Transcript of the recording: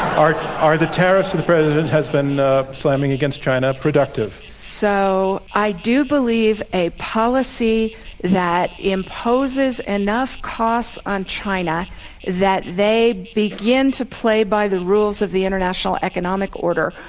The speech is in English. are are the tariffs the president has been slamming against china productive? so, i do believe a policy that imposes enough costs on china that they begin to play by the rules of the international economic order,